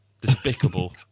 despicable